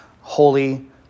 holy